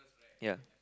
ya